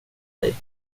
dig